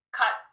cut